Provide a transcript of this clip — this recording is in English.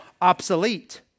obsolete